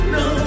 no